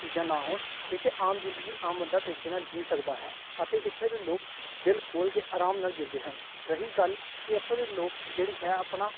ਚੀਜ਼ਾਂ ਨਾ ਹੋਣ ਇੱਥੇ ਆਮ ਜ਼ਿੰਦਗੀ ਆਮ ਬੰਦਾ ਤਰੀਕੇ ਨਾਲ ਜੀ ਸਕਦਾ ਹੈ ਅਤੇ ਇੱਥੇ ਦੇ ਲੋਕ ਦਿਲ ਖੋਲ੍ਹ ਕੇ ਆਰਾਮ ਨਾਲ ਜੀਂਦੇ ਹਨ ਰਹੀ ਗੱਲ ਕਿ ਇੱਥੋਂ ਦੇ ਲੋਕ ਜਿਹੜੀ ਹੈ ਆਪਣਾ